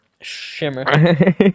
Shimmer